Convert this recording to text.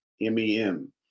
M-E-M